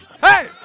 Hey